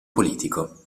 politico